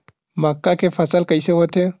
मक्का के फसल कइसे होथे?